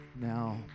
Now